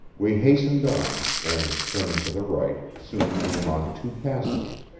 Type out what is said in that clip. we hastened on, and, turning to the right, soon came on two passages.